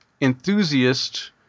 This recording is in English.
enthusiast